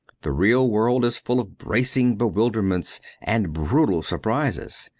the real world is full of bracing bewilderments and brutal sur prises.